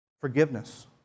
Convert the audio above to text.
Forgiveness